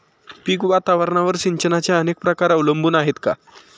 पीक वातावरणावर सिंचनाचे अनेक प्रकार अवलंबून आहेत का?